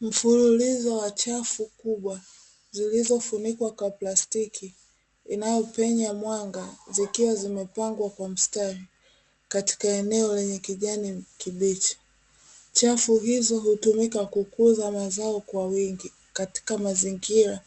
Mfululizo wa chafu kubwa zilizofunikwa kwa plastiki, inayopenya mwanga, zikiwa zimepangwa kwa mstari katika eneo lenye kijani kibichi. Chafu hizo hutumika kukuza mazao kwa wingi, katika mazingira